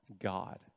God